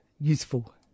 useful